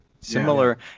similar